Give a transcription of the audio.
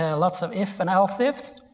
ah lots of ifs and else ifs